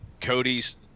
Cody's